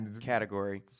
category